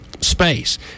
space